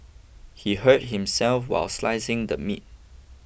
he hurt himself while slicing the meat